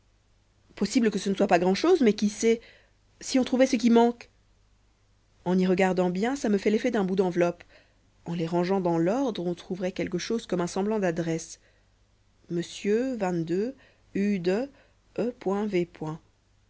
possible que ce ne soit pas grand'chose mais qui sait si on trouvait ce qui manque en y regardant bien ça me fait l'effet d'un bout d'enveloppe en les rangeant dans l'ordre on trouverait quelque chose comme un semblant d'adresse monsieur ue de e